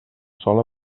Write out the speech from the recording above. sola